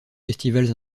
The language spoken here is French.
festivals